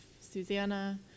Susanna